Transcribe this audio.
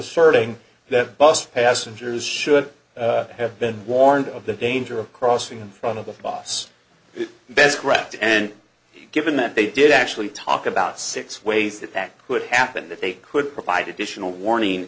asserting that bus passengers should have been warned of the danger of crossing in front of the boss best correct and given that they did actually talk about six ways that that could happen that they could provide additional warning